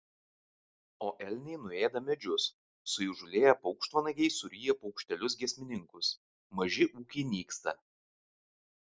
o elniai nuėda medžius suįžūlėję paukštvanagiai suryja paukštelius giesmininkus maži ūkiai nyksta